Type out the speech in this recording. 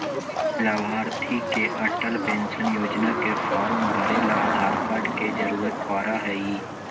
लाभार्थी के अटल पेन्शन योजना के फार्म भरे ला आधार कार्ड के जरूरत पड़ा हई